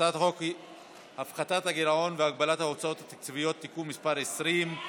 הצעת חוק הפחתת הגירעון והגבלת ההוצאה התקציבית (תיקון מס' 20)